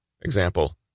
Example